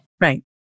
right